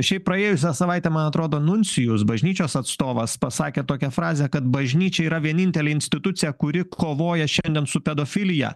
šiaip praėjusią savaitę man atrodo nuncijus bažnyčios atstovas pasakė tokią frazę kad bažnyčia yra vienintelė institucija kuri kovoja šiandien su pedofilija